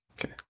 Okay